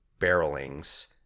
barrelings